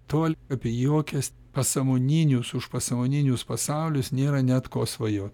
tol apie jokias pasąmoninius užpasąmoninius pasaulius nėra net ko svajot